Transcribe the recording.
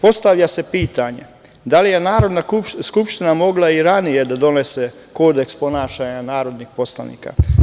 Postavlja se pitanje da li je Narodna skupština mogla i ranije da donese kodeks ponašanja narodnih poslanika.